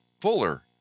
Fuller